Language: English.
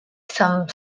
some